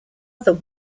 other